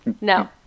No